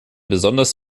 besonders